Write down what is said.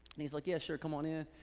and he's like, yeah sure, come on in.